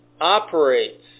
operates